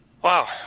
Wow